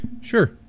Sure